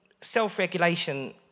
self-regulation